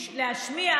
להשמיע